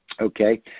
okay